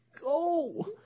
go